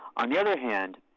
on the other hand,